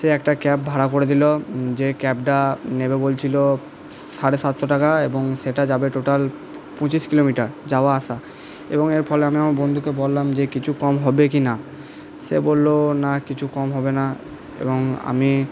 সে একটা ক্যাব ভাড়া করে দিলো যে ক্যাবটা নেবে বলছিলো সাড়ে সাতশো টাকা এবং সেটা যাবে টোটাল পঁচিশ কিলোমিটার যাওয়া আসা এবং এর ফলে আমি আমার বন্ধুকে বললাম যে কিছু একটু কম হবে কিনা সে বললো না কিছু কম হবে না এবং আমি